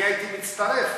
אני הייתי מצטרף.